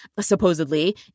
supposedly